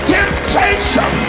temptation